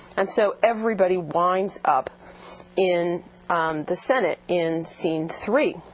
and so everybody winds up in the senate in scene three,